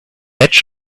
edge